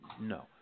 no